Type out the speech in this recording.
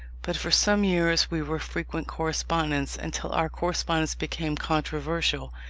but for some years we were frequent correspondents, until our correspondence became controversial,